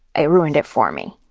it ruined it for me.